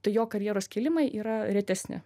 tai jo karjeros kilimai yra retesni